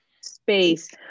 space